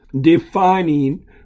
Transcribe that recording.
defining